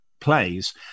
plays